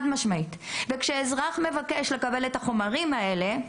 אבל כשאזרח מבקש לקבל את החומרים האלה,